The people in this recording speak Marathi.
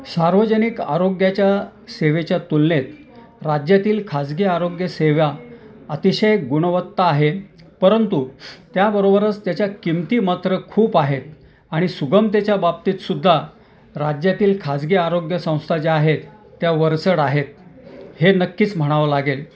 सार्वजनिक आरोग्याच्या सेवेच्या तुलनेत राज्यातील खाजगी आरोग्य सेवा अतिशय गुणवत्ता आहे परंतु त्याबरोबरच त्याच्या किंमती मात्र खूप आहेत आणि सुगमतेच्या बाबतीतसुद्धा राज्यातील खाजगी आरोग्यसंस्था ज्या आहेत त्या वरचढ आहेत हे नक्कीच म्हणावं लागेल